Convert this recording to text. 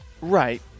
Right